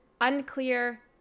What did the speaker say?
unclear